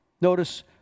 Notice